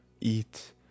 eat